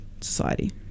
Society